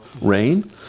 rain